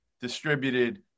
distributed